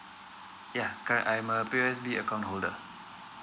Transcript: yeuh correct I am a P_O_S_B account holder